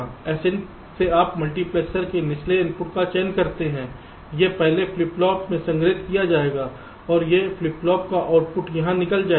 Sin से आप multiplexer के निचले इनपुट का चयन करते हैं यह पहले फ्लिप फ्लॉप में संग्रहीत किया जाएगा और इस फ्लिप फ्लॉप का आउटपुट यहां निकल जाएगा